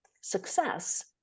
success